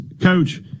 Coach